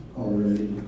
already